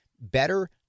better